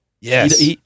Yes